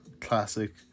Classic